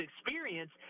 experience